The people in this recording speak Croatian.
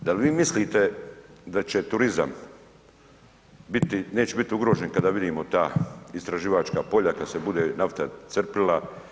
Da li vi mislite da će turizam biti, neće biti ugrožen kada vidimo ta istraživačka polja kada se bude nafta crpila?